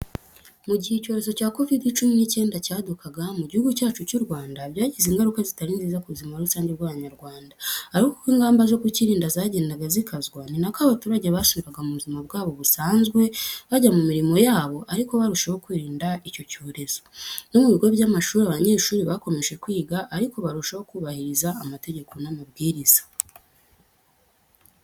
Mu gihe icyorezo cya kovidi cumi n'icyenda cyadukaga mu gihugu cyacu cy'u Rwanda, byagize ingaruka zitari nziza ku buzima rusange bw'Abanyarwanda. Ariko uko ingamba zo kukirinda zagendaga zikazwa n'inako abaturage basubiraga mu buzima bwabo busanzwe, bajya mu mirimo yabo ariko barushaho kwirinda icyo cyorezo. No mu bigo by'amashuri abanyeshuri bakomeje kwiga ariko barushaho kubahiriza amategeko n'amabwiriza.